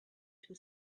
two